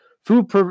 food